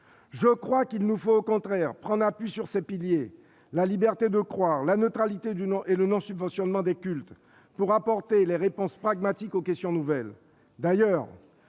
Je crois qu'il nous faut au contraire prendre appui sur ses piliers : la liberté de croire, la neutralité et le non-subventionnement des cultes pour apporter des réponses pragmatiques aux questions nouvelles.